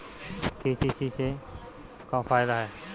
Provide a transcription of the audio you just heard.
KCC से का फायदा ह?